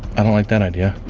i don't like that idea.